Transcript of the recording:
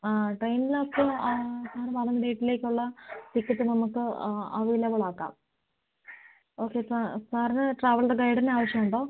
ആ ട്രെയിനിനകത്ത് ആ നിങ്ങൾ പറഞ്ഞ ഡേറ്റിലേക്കുള്ള ടിക്കറ്റ് നമുക്ക് അവൈലബിൾ ആക്കാം ഓക്കെ സാർ സാറിന് ട്രാവലിൻ്റെ ഗൈഡിനെ ആവശ്യം ഉണ്ടോ